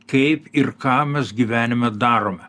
kaip ir ką mes gyvenime darome